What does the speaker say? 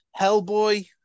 Hellboy